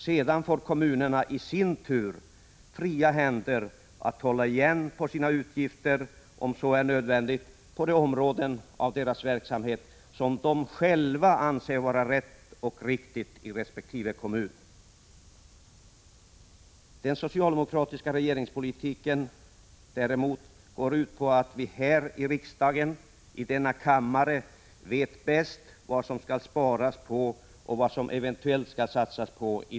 Sedan får kommunerna i sin tur fria händer att, om så är nödvändigt, hålla igen på sina utgifter på de områden av sin verksamhet där de själva anser detta vara rätt och riktigt. Den socialdemokratiska regeringspolitiken går däremot ut på att vi här i riksdagen vet bäst vad de olika kommunerna skall spara på och vad de eventuellt skall satsa på.